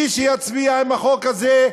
מי שיצביע עם החוק הזה,